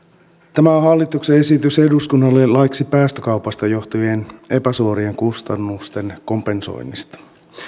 tämä on hallituksen esitys eduskunnalle laiksi päästökaupasta johtuvien epäsuorien kustannusten kompensoimisesta